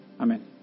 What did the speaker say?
Amen